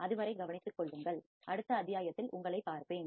அதுவரை கவனித்துக் கொள்ளுங்கள் அடுத்த அத்தியாயத்தில் உங்களைப் பார்ப்பேன்